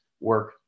work